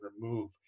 remove